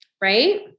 Right